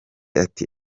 ati